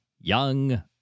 young